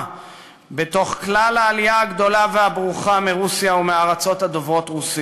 בתוך כלל העלייה הגדולה והברוכה מרוסיה ומהארצות הדוברות רוסית.